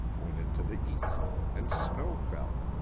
went into the east and snow fell